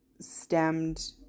stemmed